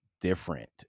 different